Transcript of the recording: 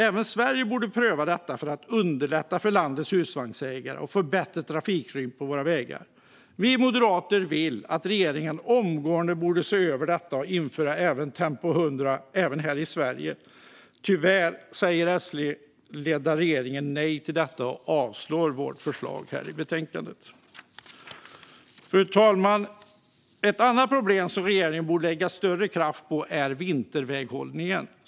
Även Sverige borde pröva detta för att underlätta för landets husvagnsägare och för att få bättre trafikrytm på våra vägar. Vi moderater vill att regeringen omgående ser över detta och inför Tempo 100 även här i Sverige. Tyvärr säger den S-ledda regeringen nej till det och avstyrker vårt förslag i betänkandet. Fru talman! Ett annat problem som regeringen borde lägga större kraft på är vinterväghållningen.